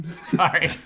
Sorry